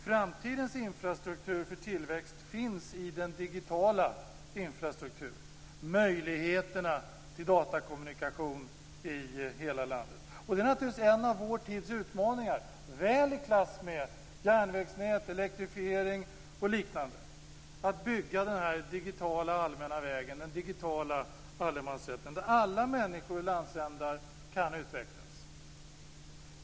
Framtidens infrastruktur för tillväxt finns i den digitala infrastrukturen, möjligheterna till datakommunikation i hela landet. Det är naturligtvis en av vår tids utmaningar, väl i klass med järnvägsnät, elektrifiering och liknande, att bygga denna digitala allmänna väg - den digitala allemansrätten - där alla människor och landsändar kan utvecklas.